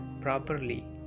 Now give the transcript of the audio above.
properly